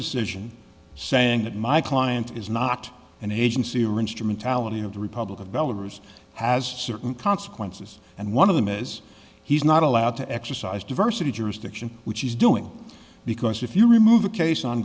decision saying that my client is not an agency or instrumentality of the republic of bellers has certain consequences and one of them is he's not allowed to exercise diversity jurisdiction which he's doing because if you remove a case on